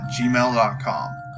gmail.com